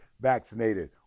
vaccinated